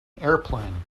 airplane